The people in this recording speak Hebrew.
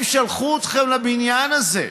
הם שלחו אתכם לבניין הזה.